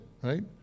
Right